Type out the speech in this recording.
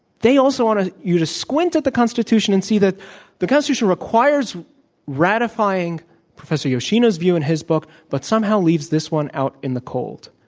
they also want you to squint at the constitution and see that the constitution requires ratifying professor yoshino's view in his book but somehow leaves this one out in the cold.